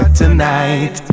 tonight